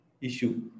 issue